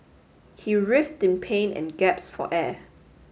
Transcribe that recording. he writhed in pain and gasped for air